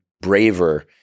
braver